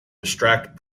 distract